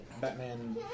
Batman